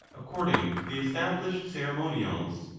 according to the established ceremonials.